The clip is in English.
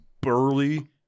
burly